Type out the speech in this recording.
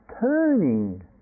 turning